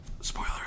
Spoiler